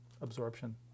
Absorption